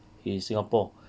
he in singapore